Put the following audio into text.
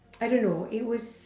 I don't know it was